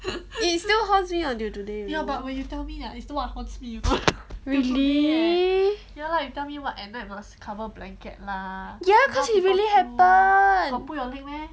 it still haunts me until today really ya cause it really happen